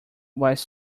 was